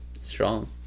strong